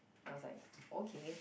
and I was like okay